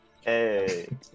Hey